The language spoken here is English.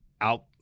out